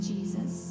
Jesus